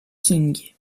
king